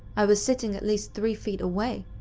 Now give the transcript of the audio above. i was sitting at least three feet away,